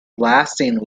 lasting